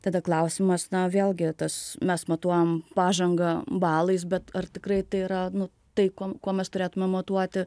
tada klausimas na vėlgi tas mes matuojam pažangą balais bet ar tikrai tai yra nu tai kuo kuo mes turėtume matuoti